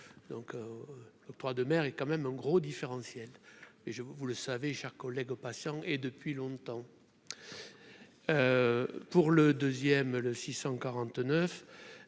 donc l'octroi de mer et quand même un gros différentiel et je vous le savez, chers collègues, aux patients et depuis longtemps pour le 2ème, le 649